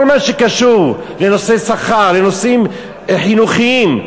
כל מה שקשור לנושא שכר, לנושאים חינוכיים,